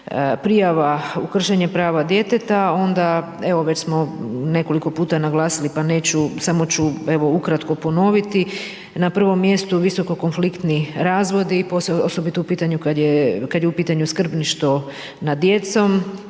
prijava u kršenje prava djeteta, onda, evo već smo nekoliko puta naglasili, pa neću, samo ću ukratko ponoviti, na prvom mjesto visoko konfliktni razvodi, osobito u pitanju, kada je